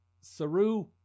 Saru